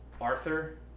Arthur